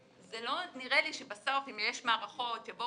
זה לא נראה לי שבסוף אם יש מערכות שבו